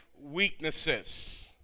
weaknesses